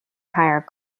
hire